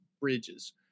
Bridges